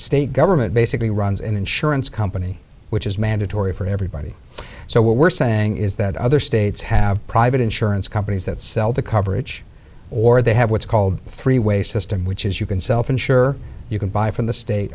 state government basically runs an insurance company which is mandatory for everybody so what we're saying is that other states have private insurance companies that sell the coverage or they have what's called a three way system which is you can self insure you can buy from the state